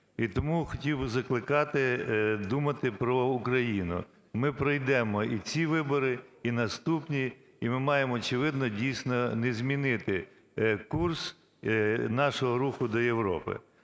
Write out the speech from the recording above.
І тому хотів би закликати думати про Україну. Ми пройдемо і ці вибори і наступні, і ми маємо, очевидно, дійсно, не змінити курс нашого руху до Європи.